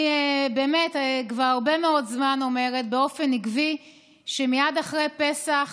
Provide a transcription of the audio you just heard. אני באמת כבר הרבה מאוד זמן אומרת באופן עקבי שמייד אחרי פסח